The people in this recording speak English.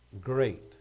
great